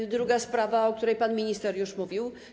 I druga sprawa, o której pan minister już mówił.